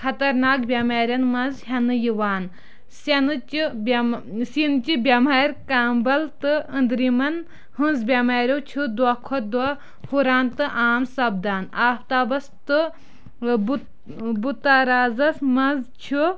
خَطرناک بٮ۪مارین منٛز ہیٚنہٕ یِوان سیٚنہٕ چہِ بیم سیٖنہٕ چہِ بٮ۪مارِ کامبَل تہٕ أندرمَن ہٕنز بٮ۪ماریو چھ دۄہ کھۄتہٕ دۄہ ہُران تہٕ عام سَپدان آفتابَس تہٕ بُت بُتیرازَس منٛز چھُ